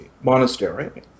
monastery